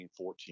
14